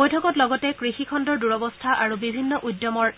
বৈঠকত লগতে কৃষিখণ্ডৰ দূৰৱস্থা আৰু বিভিন্ন উদ্যমৰ